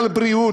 על בריאות,